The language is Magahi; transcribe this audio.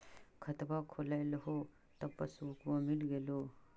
खतवा खोलैलहो तव पसबुकवा मिल गेलो?